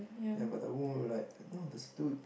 ya but the whole like no the stupid